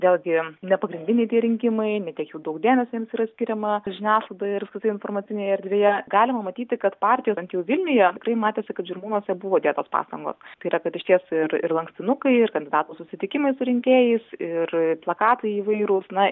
vėlgi nepagrindiniai tie rinkimai ne tiek jau daug dėmesio jiems yra skiriama žiniasklaidoj ir apskritai informacinėje erdvėje galima matyti kad partijos bent jau vilniuje tikrai matėsi kad žirmūnuose buvo dėtos pastangos tai yra kad išties ir ir lankstinukai ir kandidatų susitikimai su rinkėjais ir plakatai įvairūs na